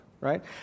right